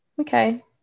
okay